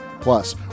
Plus